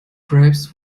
grapes